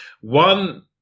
One